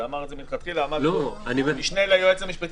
מלכתחילה אמר את זה המשנה ליועץ המשפטי